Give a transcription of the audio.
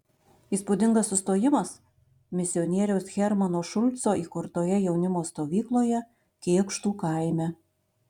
įspūdingas sustojimas misionieriaus hermano šulco įkurtoje jaunimo stovykloje kėkštų kaime